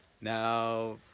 Now